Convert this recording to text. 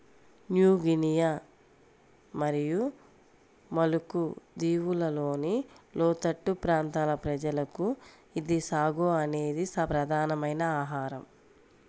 new Guinea మరియు Maluku దీవులలోని లోతట్టు ప్రాంతాల ప్రజలకు ఇది సాగో అనేది ప్రధానమైన ఆహారం